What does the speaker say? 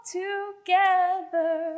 together